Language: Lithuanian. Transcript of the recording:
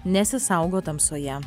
nesisaugo tamsoje